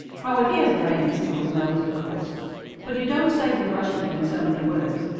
if he has brains, he always knows, of course but you don't say you're rushing him in so many words.